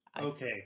Okay